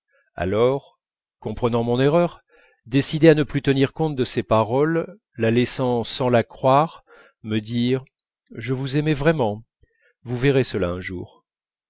alors comprenant mon erreur décidé à ne plus tenir compte de ses paroles la laissant sans la croire me dire je vous aimais vraiment vous verrez cela un jour